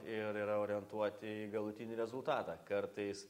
ir yra orientuoti į galutinį rezultatą kartais